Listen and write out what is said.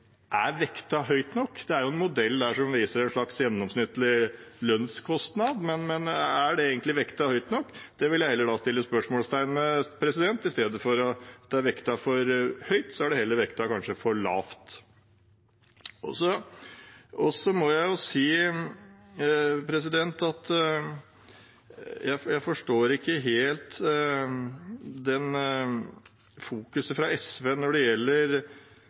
det vektet høyt nok? Det er en modell der som viser en slags gjennomsnittlig lønnskostnad, men er den egentlig vektet høyt nok? Det vil jeg sette spørsmålstegn ved. I stedet for å være vektet for høyt, er det kanskje vektet for lavt. Jeg forstår ikke helt fokuset fra SV når det gjelder